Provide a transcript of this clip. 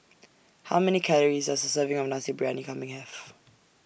How Many Calories Does A Serving of Nasi Briyani Kambing Have